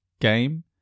game